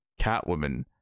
Catwoman